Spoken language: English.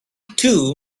too